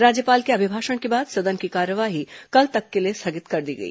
राज्यपाल के अभिभाषण के बाद सदन की कार्यवाही कल तक के लिए स्थगित कर दी गई